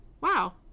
Wow